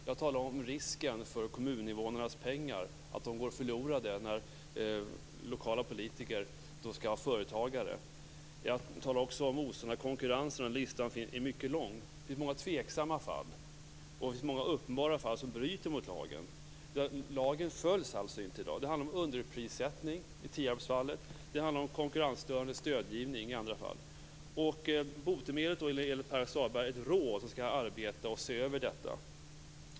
Jag talar om risken för att kommuninvånarnas pengar går förlorade när lokala politiker skall vara företagare. Jag talar också om osund konkurrens. Listan är mycket lång. Det finns många tveksamma fall och många uppenbara fall som bryter mot lagen. Lagen följs inte i dag. Det handlar om underprissättning, som i Tierpsfallet, och det handlar om konkurrensstörande stödgivning i andra fall. Jag vill ge Pär-Axel Sahlberg rådet att arbeta och se över detta.